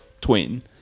twin